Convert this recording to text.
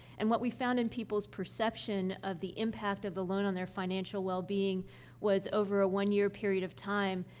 and what we found in people's perception of the impact of the loan on their financial wellbeing was, over a one year period of time,